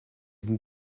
vous